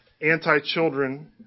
anti-children